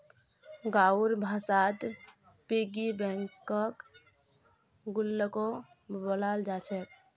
गाँउर भाषात पिग्गी बैंकक गुल्लको बोलाल जा छेक